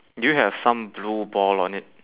do you have some blue ball on it